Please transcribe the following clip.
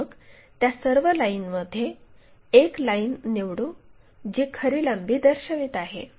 मग त्या सर्व लाईनमध्ये एक लाईन निवडू जी खरी लांबी दर्शवित आहे